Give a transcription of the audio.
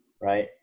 right